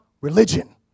religion